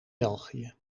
belgië